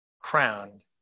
crowned